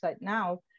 now